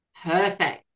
Perfect